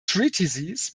treatises